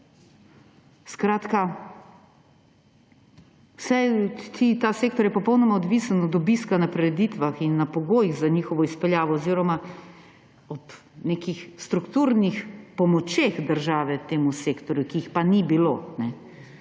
Skratka, ta sektor je popolnoma odvisen od obiska na prireditvah in pogojev za njihovo izpeljavo oziroma od nekih strukturnih pomoči države temu sektorju, ki je pa ni bilo.